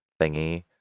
thingy